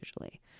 usually